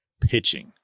pitching